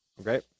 Okay